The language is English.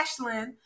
Ashlyn